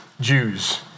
Jews